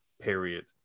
period